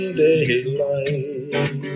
daylight